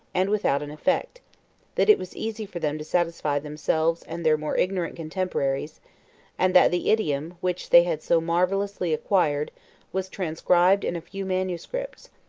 and without an effect that it was easy for them to satisfy themselves and their more ignorant contemporaries and that the idiom, which they had so marvellously acquired was transcribed in few manuscripts,